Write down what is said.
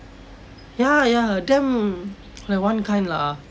ya ya ya damn like one kind lah